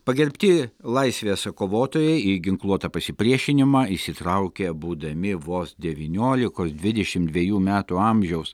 pagerbti laisvės kovotojai į ginkluotą pasipriešinimą įsitraukė būdami vos devyniolikos dvidešimt dvejų metų amžiaus